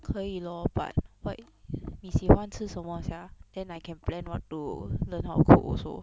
可以 lor but what 你喜欢吃什么 sia then I can plan what to learn how to cook also